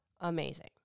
amazing